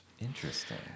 Interesting